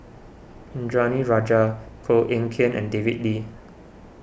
Indranee Rajah Koh Eng Kian and David Lee